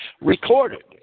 recorded